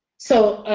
so